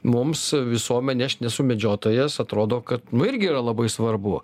mums visuomenei aš nesu medžiotojas atrodo kad irgi yra labai svarbu